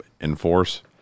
enforce